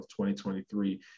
2023